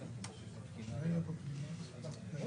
אנחנו לא